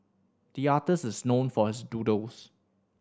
the artist is known for his doodles